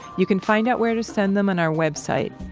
you can find out where to send them on our website,